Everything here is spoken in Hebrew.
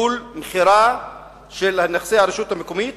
עיקול, מכירה של נכסי הרשות המקומית,